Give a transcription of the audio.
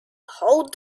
hold